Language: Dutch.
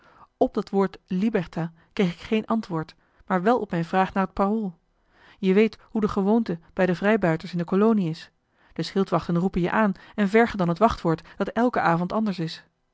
op dat woord liberta kreeg ik geen antwoord maar wel op mijn vraag naar het parool je weet hoe de gewoonte bij de vrijbuiters in de kolonie is de schildwachten roepen je aan en vergen dan het wachtwoord dat elken avond anders is